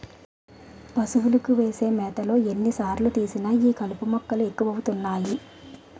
పశువులకు వేసే మేతలో ఎన్ని సార్లు తీసినా ఈ కలుపు మొక్కలు ఎక్కువ అవుతున్నాయి